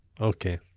Okay